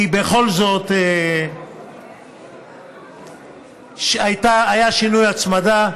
כי בכל זאת היה שינוי בהצמדה.